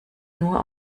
nur